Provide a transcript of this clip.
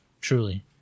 truly